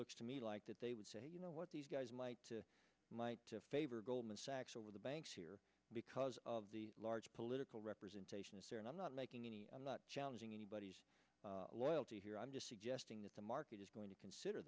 looks to me like that they would say you know what these guys like to might favor goldman sachs over the banks here because of the large political representation is there and i'm not making any i'm not challenging anybody's loyalty here i'm just suggesting that the market is going to consider